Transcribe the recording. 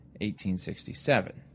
1867